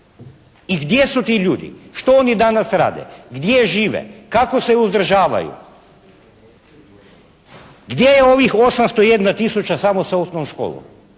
I gdje su ti ljudi? Što oni danas rade? Gdje žive? Kako se uzdržavaju? Gdje je ovih 8010000 samo sa osnovnom školom